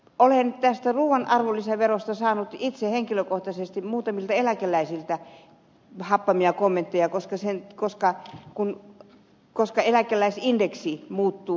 olen tästä ruuan arvonlisäverosta saanut itse henkilökohtaisesti muutamilta eläkeläisiltä happamia kommentteja koska sen koska ne on koska eläkeindeksi muuttuu